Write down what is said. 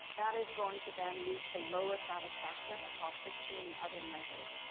that is going to then lead to lower satisfaction across sixteen other measures.